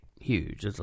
huge